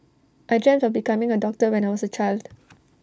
I dreamt of becoming A doctor when I was A child